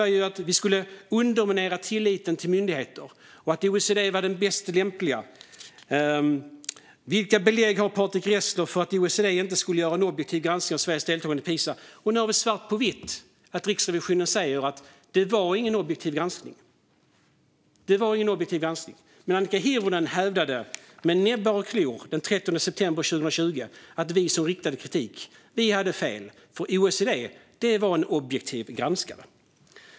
Vi underminerade tilliten till myndigheter, och OECD var den bäst lämpade. "Vad har Patrick Reslow för belägg för att OECD inte skulle göra en objektiv granskning av Sveriges deltagande i PISA?" Nu har vi det svart på vitt. Riksrevisionen säger att det inte var en objektiv granskning. Det var ingen objektiv granskning, men Annika Hirvonen hävdade envist den 30 september 2020 att vi som framförde kritik hade fel, för OECD var en objektiv granskare.